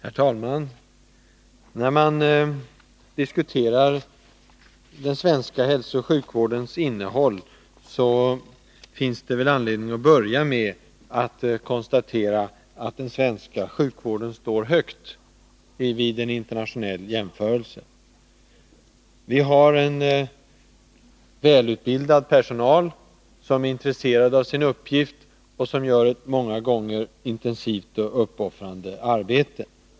Herr talman! När man diskuterar den svenska hälsooch sjukvårdens innehåll finns det anledning att börja med att konstatera att den svenska sjukvården står högt vid en internationell jämförelse. Vi har en välutbildad personal, som är intresserad av sin uppgift och som gör ett många gånger intensivt och uppoffrande arbete.